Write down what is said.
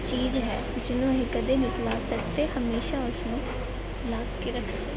ਚੀਜ਼ ਹੈ ਜਿਹਨੂੰ ਅਸੀਂ ਕਦੀ ਨਹੀਂ ਭੁੱਲਾ ਸਕਦੇ ਹਮੇਸ਼ਾ ਉਸਨੂੰ ਰੱਖਦੇ